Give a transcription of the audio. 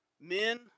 Men